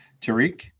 Tariq